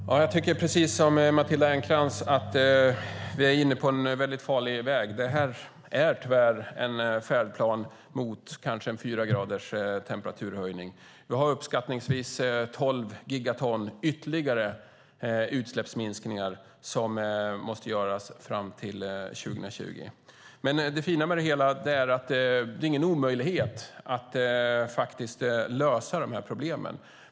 Herr talman! Jag tycker precis som Matilda Ernkrans att vi är inne på en väldigt farlig väg. Detta är tyvärr en färdplan mot kanske en fyra graders temperaturhöjning. Vi har uppskattningsvis tolv gigaton ytterligare utsläppsminskningar som måste göras fram till 2020. Det fina med det hela är att det inte är någon omöjlighet att lösa dessa problem.